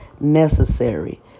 necessary